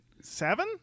seven